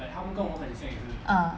ah